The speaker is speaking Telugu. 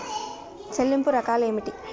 చెల్లింపు రకాలు ఏమిటి?